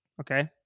Okay